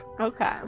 Okay